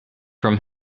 from